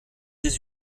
des